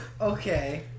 Okay